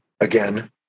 again